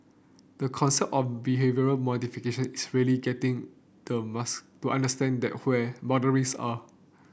the concept of behavioural modification is really getting the to understand where boundaries are